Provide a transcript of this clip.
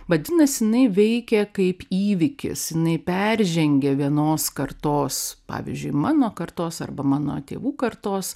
vadinasi jinai veikia kaip įvykis jinai peržengia vienos kartos pavyzdžiui mano kartos arba mano tėvų kartos